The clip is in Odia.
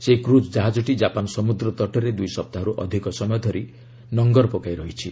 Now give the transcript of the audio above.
ସେହି କ୍ରକ୍ ଜାହାଜଟି ଜାପାନ୍ ସମ୍ବଦ୍ର ତଟରେ ଦୂଇ ସପ୍ତାହର୍ତ ଅଧିକ ସମୟ ଧରି ଲଙ୍ଗର ପକାଇ ରହିଛି